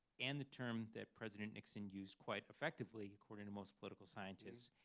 and the term that president nixon used quite effectively, according to most political scientists,